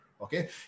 okay